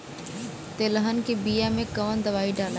तेलहन के बिया मे कवन दवाई डलाई?